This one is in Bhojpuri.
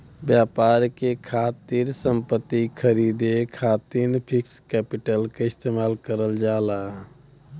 व्यापार के खातिर संपत्ति खरीदे खातिर फिक्स्ड कैपिटल क इस्तेमाल करल जाला